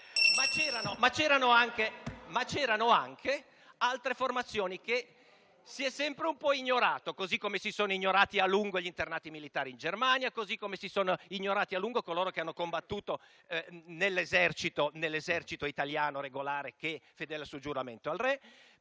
ma c'erano anche altre formazioni, che si è sempre un po' ignorato, così come si sono ignorati a lungo gli internati militari in Germania, così come si sono ignorati a lungo coloro che hanno combattuto nell'esercito italiano regolare, fedele al suo giuramento al re.